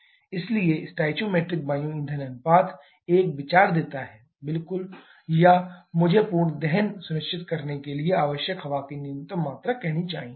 इसलिए स्टोइकोमेट्रिक वायु ईंधन अनुपात एक विचार देता है बिल्कुल या मुझे पूर्ण दहन सुनिश्चित करने के लिए आवश्यक हवा की न्यूनतम मात्रा कहनी चाहिए